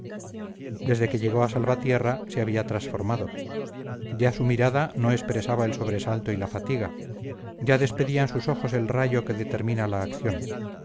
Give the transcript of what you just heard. desde que llegó a salvatierra se había transformado ya su mirada no expresaba el sobresalto y la fatiga ya despedían sus ojos el rayo que determina la acción